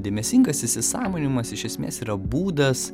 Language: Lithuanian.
dėmesingas įsisąmoninimas iš esmės yra būdas